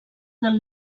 del